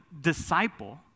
disciple